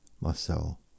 Marcel